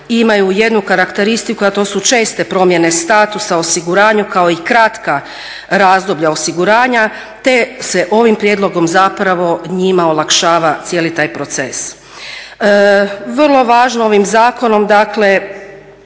imaju jednu karakteristiku, a to su česte promjene statusa u osiguranju, kao i kratka razdoblja osiguranja te se ovim prijedlogom zapravo njima olakšava cijeli taj proces. Vrlo važno ovim zakonom dakle